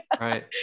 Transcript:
Right